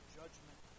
judgment